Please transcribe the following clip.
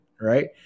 right